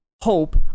hope